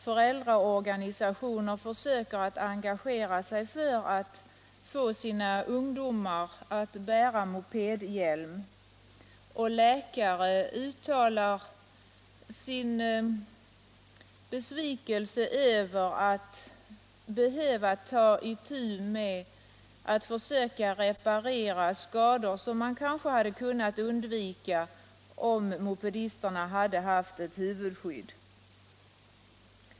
Föräldraorganisationer försöker engagera sig för att få sina ungdomar att bära mopedhjälm. Läkare uttalar sin besvikelse över att behöva ta itu med skador som man kanske hade kunnat undvika om mopedisterna hade haft ett huvudskydd.